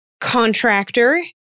contractor